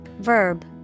Verb